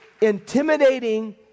intimidating